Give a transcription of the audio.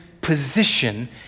position